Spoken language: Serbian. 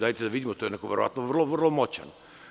Dajte da vidimo, to je neko verovatno vrlo, vrlo moćan.